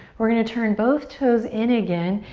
we're gonna turn both toes in again.